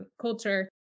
culture